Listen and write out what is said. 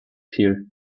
here